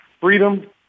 freedom